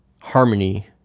harmony